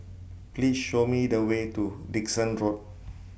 Please Show Me The Way to Dickson Road